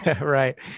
Right